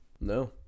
No